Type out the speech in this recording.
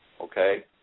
okay